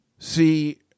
See